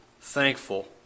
thankful